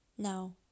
Now